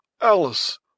Alice